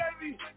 baby